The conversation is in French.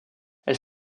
elle